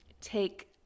take